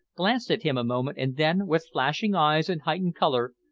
glanced at him a moment, and then, with flashing eyes and heightened colour,